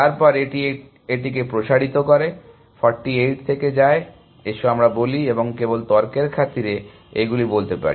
তারপর এটি এটিকে প্রসারিত করে 48 থেকে যায় এসো আমরা বলি এবং কেবল তর্কের খাতিরে এইগুলি বলতে পারি